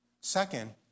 Second